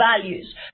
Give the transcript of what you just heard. values